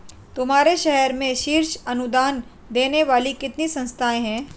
तुम्हारे शहर में शीर्ष अनुदान देने वाली कितनी संस्थाएं हैं?